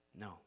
No